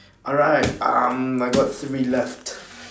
alright um I got three left